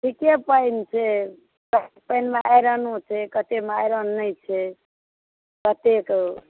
ठीके पानि छै कतेक पानिमे आयरनो छै कतेकमे आयरन नहि छै कतेक